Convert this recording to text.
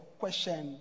question